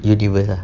universe ah